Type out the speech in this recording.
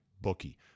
bookie